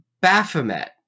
Baphomet